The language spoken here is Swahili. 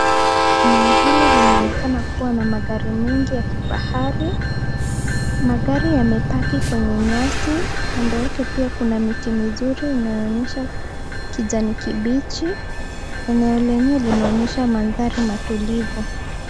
Eneo hili linaonekana kua na magari mengi ya kifahari. Magari yamepaki kwenye nyasi. Kando yake pia kuna miti mizuri inayoonyesha kijani kibichi. Eneo lenyewe linaonyesha mandhari matulivu.